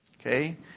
Okay